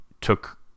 took